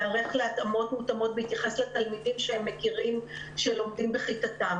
להיערך להתאמות בהתייחס לתלמידים שלומדים בכיתתם.